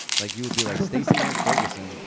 like you would be like, stacy ann ferguson.